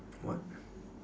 what